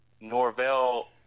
Norvell